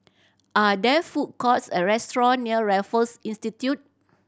are there food courts or restaurant near Raffles Institute